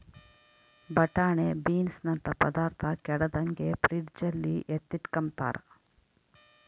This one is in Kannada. ಬಟಾಣೆ ಬೀನ್ಸನಂತ ಪದಾರ್ಥ ಕೆಡದಂಗೆ ಫ್ರಿಡ್ಜಲ್ಲಿ ಎತ್ತಿಟ್ಕಂಬ್ತಾರ